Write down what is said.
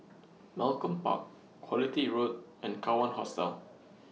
Malcolm Park Quality Road and Kawan Hostel